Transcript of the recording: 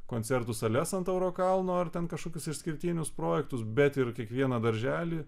koncertų sales ant tauro kalno ar ten kažkokius išskirtinius projektus bet ir kiekvieną darželį